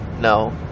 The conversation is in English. No